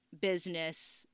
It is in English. business